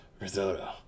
Risotto